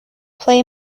play